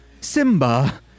Simba